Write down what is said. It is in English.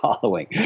following